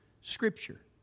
Scripture